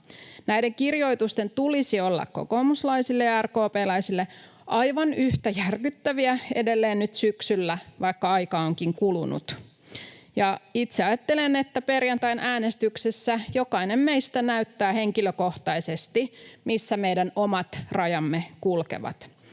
Näiden kirjoitusten tulisi olla kokoomuslaisille ja RKP:läisille aivan yhtä järkyttäviä edelleen nyt syksyllä, vaikka aikaa onkin kulunut. Itse ajattelen, että perjantain äänestyksessä jokainen meistä näyttää henkilökohtaisesti, missä meidän omat rajamme kulkevat.